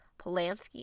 Polanski